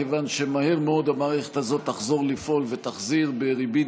מכיוון שמהר מאוד המערכת הזאת תחזור לפעול ותחזיר בריבית